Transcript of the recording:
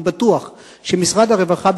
אני בטוח שמשרד הרווחה,